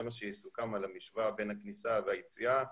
מה שיסוכם על המשוואה בין הכניסה והיציאה.